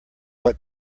what